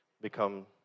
become